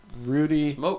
Rudy